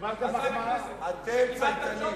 אתם צייתנים.